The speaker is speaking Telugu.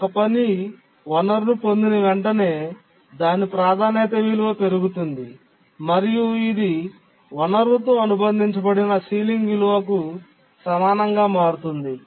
ఒక పని వనరును పొందిన వెంటనే దాని ప్రాధాన్యత విలువ పెరుగుతుంది మరియు ఇది వనరుతో అనుబంధించబడిన సీలింగ్ విలువకు సమానంగా మారుతుంది